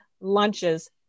lunches